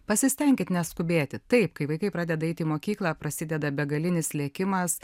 pasistenkit neskubėti taip kai vaikai pradeda eiti į mokyklą prasideda begalinis lėkimas